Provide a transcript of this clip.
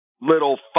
little